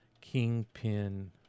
Kingpin